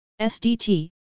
SDT